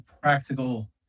practical